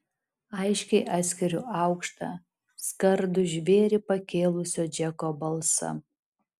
aiškiai atskiriu aukštą skardų žvėrį pakėlusio džeko balsą